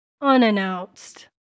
unannounced